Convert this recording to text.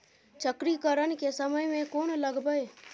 चक्रीकरन के समय में कोन लगबै?